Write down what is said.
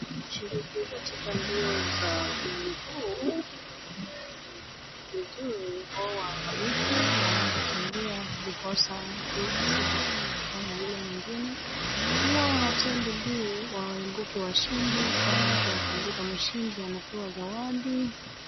Wanashiriki katika mbio za miguu, ni vizuri kuwa waangalifu wanavyokimbia, ndiposa mtu asije akapitwa na yule mwingine. Huwa wanatia bidii waibuke washindi, kwani mtu akiibuka mshindi anapewa zawadi.